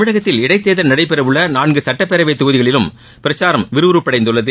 தமிழகத்தில் இடைத்தேர்தல் நடைபெறவுள்ள நான்கு சட்டப்பேரவைத் தொகுதிகளிலும் பிரச்சாரம் விறுவிறுப்படைந்துள்ளது